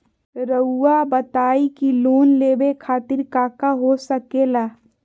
रउआ बताई की लोन लेवे खातिर काका हो सके ला?